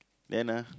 then ah